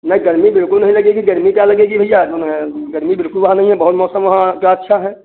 नहीं गर्मी बिल्कुल नहीं लगेगी गर्मी क्या लगेगी भैया जऊन अहै गर्मी बिल्कुल वहाँ नहीं है बहुत मौसम वहाँ का अच्छा है